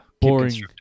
boring